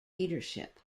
leadership